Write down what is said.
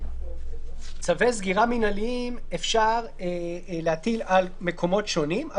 צווי סגירה מינהליים אפשר להטיל על מקומות שונים,